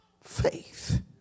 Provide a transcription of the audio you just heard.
faith